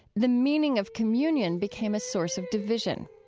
the meaning of communion became a source of division.